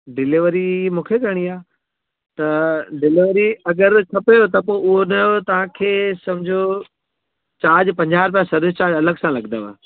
delivery मूंखे करणी आहे त डिलेवरी अगरि खपेव त पोइ उहो उन जो तव्हांखे सम्झो चार्ज पंजाहु रुपिया सर्विस चार्ज अलॻि सां लॻंदव